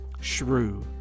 Shrew